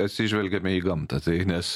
atsižvelgiame į gamtą tai nes